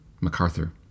MacArthur